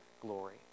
glory